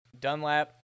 Dunlap